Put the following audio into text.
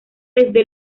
desde